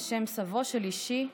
על שם סבו של אישי,